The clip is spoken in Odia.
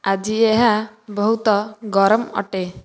ଆଜି ଏହା ବହୁତ ଗରମ ଅଟେ